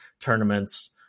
tournaments